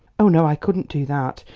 oh, no i couldn't do that.